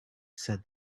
said